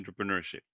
entrepreneurship